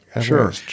Sure